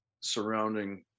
surrounding